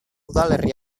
udalerri